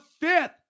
fifth